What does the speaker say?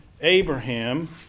Abraham